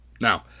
Now